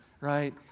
right